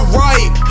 right